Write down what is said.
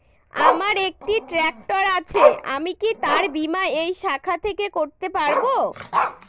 আমার একটি ট্র্যাক্টর আছে আমি কি তার বীমা এই শাখা থেকে করতে পারব?